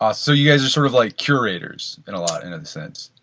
ah so you guys are sort of like curators in a lot in a sense?